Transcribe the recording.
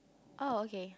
oh okay